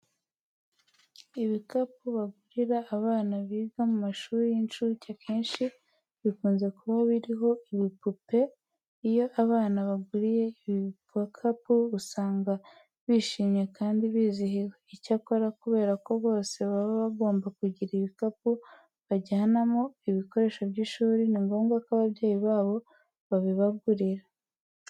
Ibikapu bagurira abana biga mu mashuri y'incuke akenshi bikunze kuba biriho ibipupe. Iyo abana baguriwe ibi bikapu usanga bishimye kandi bizihiwe. Icyakora kubera ko bose baba bagomba kugira ibikapu bajyanamo ibikoresho by'ishuri, ni ngombwa ko ababyeyi babo babibagurira.